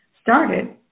started